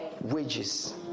Wages